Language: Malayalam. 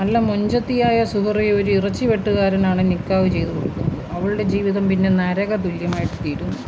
നല്ല മൊഞ്ചത്തിയായ സുഹറയെ ഒരിറച്ചി വെട്ടുകാരനാണ് നിക്കാഹ് ചെയ്തുകൊടുക്കുന്നത് അവളുടെ ജീവിതം പിന്നെ നരകതുല്യമായിട്ട് തീരുന്നു